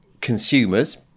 consumers